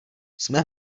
jsme